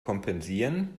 kompensieren